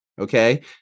okay